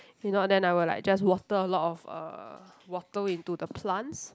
if not then I will just water a lot of uh water into the plants